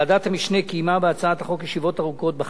ועדת המשנה קיימה ישיבות ארוכות לדיון בהצעת החוק,